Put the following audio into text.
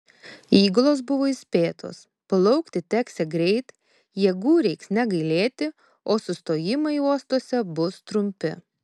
įgulos buvo įspėtos plaukti teksią greit jėgų reiks negailėti o sustojimai uostuose bus trumpi